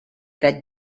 that